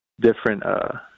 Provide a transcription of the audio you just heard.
different